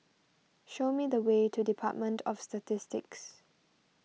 show me the way to Department of Statistics